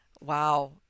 wow